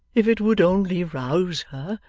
if it would only rouse her.